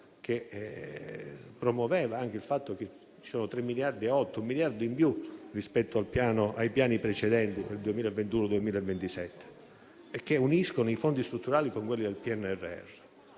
promuovere anche il fatto che ci sono 3,8 miliardi (un miliardo in più rispetto ai piani precedenti per il periodo 2021-2027) che uniscono i Fondi strutturali con quelli del PNRR,